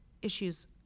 issues